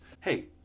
Hey